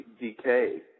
decay